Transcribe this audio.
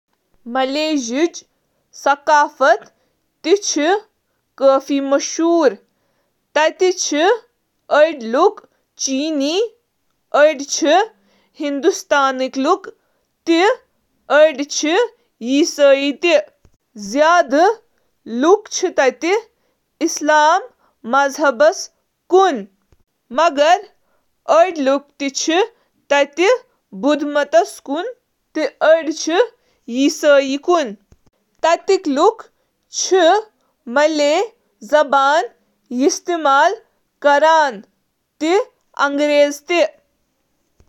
Malaysia چُھ اکھ کثیر الثقافتی ملک یتھ اکھ بھرپور ثقافتی زندگی چِھ یوس امکہٕ تٲریخ، ہمسایہٕ ممالکن تہٕ نوآبادیاتی حکمرانو سۭتۍ متأثر چِھ: ایتھنِک گروپ ملائیشیا چھُ واریٛاہ نسلی جمٲژن ہُنٛد گَھرٕ، یِمَن منٛز ملی، چینی تہٕ ہندوستٲنہِ شٲمِل چھِ۔